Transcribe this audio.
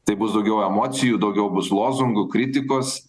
tai bus daugiau emocijų daugiau bus lozungų kritikos